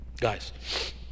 Guys